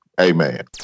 Amen